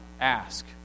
ask